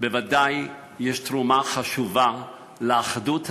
בוודאי יש תרומה חשובה לאחדות הזאת,